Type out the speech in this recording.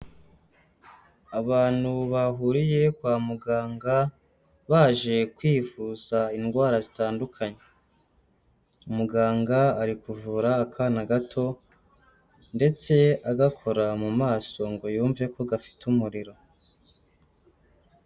Abantu bahuriye kwa muganga baje kwivuza indwara zitandukanye, muganga ari kuvura akana gato, ndetse agakora mu maso ngo yumve ko gafite umuriro.